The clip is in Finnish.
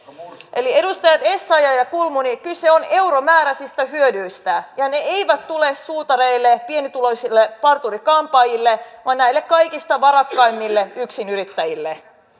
eli edustajat essayah ja kulmuni kyse on euromääräisistä hyödyistä ja ne eivät tule suutareille ja pienituloisille parturi kampaajille vaan kaikista varakkaimmille yksinyrittäjille